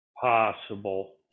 possible